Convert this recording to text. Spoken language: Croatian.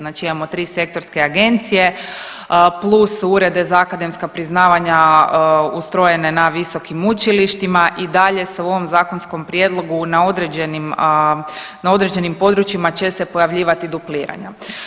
Znači imamo 3 sektorske agencije plus urede za akademska priznavanja ustrojene na visokim učilištima i dalje se u ovom zakonskom prijedlogu na određenim područjima često pojavljivati dupliranja.